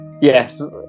Yes